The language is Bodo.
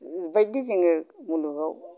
बायदि जोङो मुलुगाव